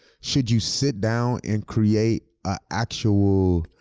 should you sit down and create an actual